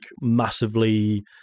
massively